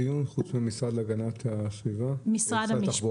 מי השותף לדיון חוץ מהמשרד להגנת הסביבה ומשרד התחבורה?